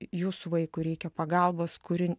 jūsų vaikui reikia pagalbos kuri